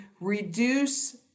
reduce